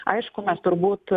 aišku mes turbūt